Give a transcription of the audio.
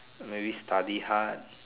maybe study hard